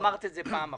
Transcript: אמרת את זה פעם אחת.